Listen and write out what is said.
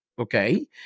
okay